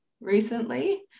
recently